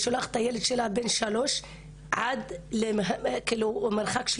והן צריכות לשלוח ילדים בגיל 3 ללכת מרחק של